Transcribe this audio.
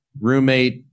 roommate